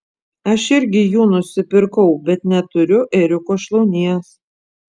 aš irgi jų nusipirkau bet neturiu ėriuko šlaunies